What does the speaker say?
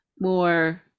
more